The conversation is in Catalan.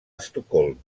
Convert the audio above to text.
estocolm